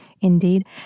Indeed